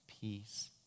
peace